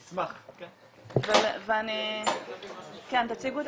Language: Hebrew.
נשמח, כן.